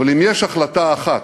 אבל אם יש החלטה אחת,